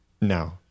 no